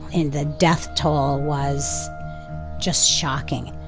and the death toll was just shocking.